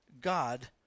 God